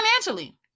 financially